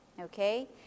okay